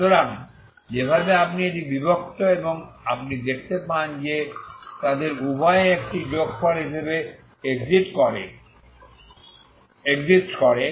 সুতরাং যে ভাবে আপনি এটি বিভক্ত এবং আপনি দেখতে পান যে তাদের উভয় একটি যোগফল হিসাবে এক্সিস্ট করে